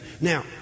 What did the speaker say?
Now